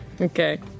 Okay